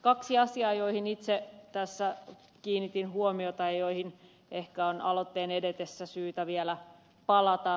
kaksi asiaa joihin itse tässä kiinnitin huomiota ja joihin ehkä on aloitteen edetessä syytä vielä palata